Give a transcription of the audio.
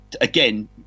again